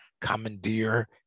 commandeer